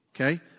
okay